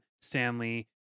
Stanley